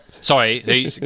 Sorry